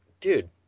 dude